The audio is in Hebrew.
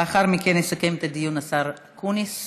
לאחר מכן יסכם את הדיון השר אקוניס